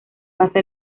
basa